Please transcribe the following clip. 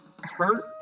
hurt